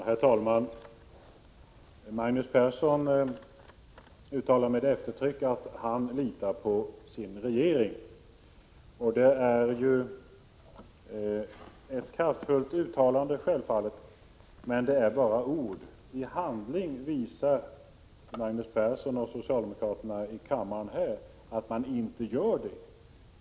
Herr talman! Magnus Persson uttalar med eftertryck att han litar på sin regering. Det är ju självfallet ett kraftfullt uttalande, men det är bara ord. I handling visar Magnus Persson och socialdemokraterna i kammaren att de inte gör det.